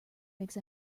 makes